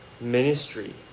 ministry